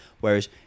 Whereas